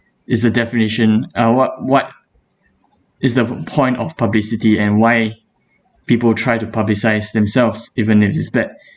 is the definition uh what what is the point of publicity and why people try to publicise themselves even if it's bad